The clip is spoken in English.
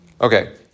Okay